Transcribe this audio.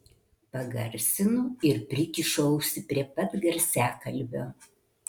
pagarsinu ir prikišu ausį prie pat garsiakalbio